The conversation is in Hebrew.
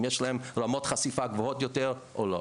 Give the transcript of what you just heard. אם יש להם רמות חשיפה גבוהות יותר או לא.